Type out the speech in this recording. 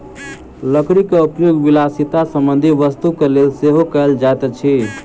लकड़ीक उपयोग विलासिता संबंधी वस्तुक लेल सेहो कयल जाइत अछि